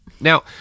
Now